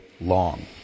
long